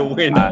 win